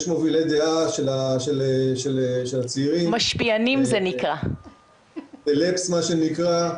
יש מובילי דעה של הצעירים, סלבס מה שנקרא,